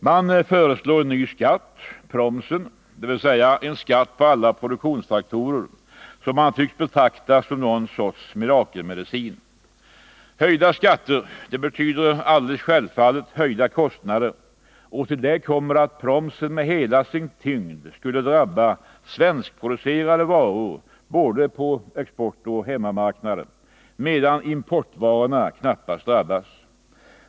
Man föreslår en ny skatt, promsen, dvs. skatt på alla produktionsfaktorer, som man tycks betrakta som någon sorts mirakelmedicin. Höjda skatter betyder alldeles självfallet höjda kostnader, och till det kommer att promsen med hela sin tyngd skulle drabba svenskproducerade varor på både exportoch hemmamarknaden, medan importvaror knappast drabbas.